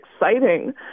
exciting